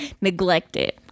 neglected